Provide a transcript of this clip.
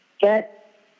get